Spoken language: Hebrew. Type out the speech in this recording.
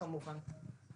כן.